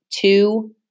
Two